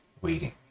waiting